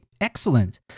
Excellent